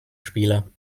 spieler